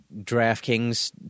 DraftKings